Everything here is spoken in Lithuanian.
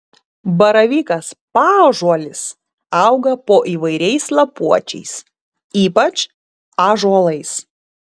baravykas paąžuolis auga po įvairiais lapuočiais ypač ąžuolais